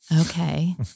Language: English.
Okay